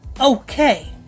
Okay